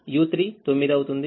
u39 అవుతుంది